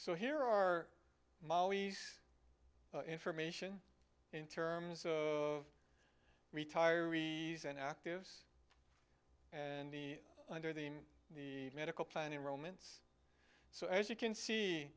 so here are molly's information in terms of retirees and active and the under the in the medical plan and romans so as you can see